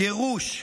גירוש,